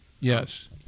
Yes